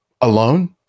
alone